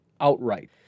outright